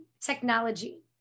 technology